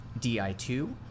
DI-2